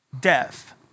death